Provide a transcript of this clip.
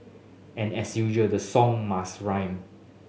and as usual the song must rhyme